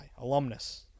alumnus